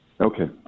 Okay